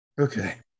Okay